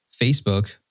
Facebook